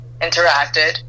interacted